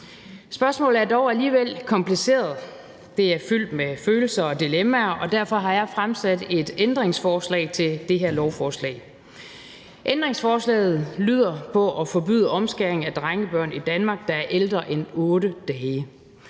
Spørgsmålet er dog alligevel kompliceret. Det er fyldt med følelser og dilemmaer, og derfor har jeg stillet et ændringsforslag til det her lovforslag. Ændringsforslaget handler om at forbyde omskæring af drengebørn i Danmark, der er ældre end 8 dage.